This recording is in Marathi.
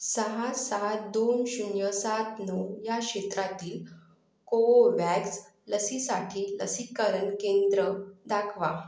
सहा सात दोन शून्य सात नऊ या क्षेत्रातील कोवोव्हॅक्स लसीसाठी लसीकरण केंद्र दाखवा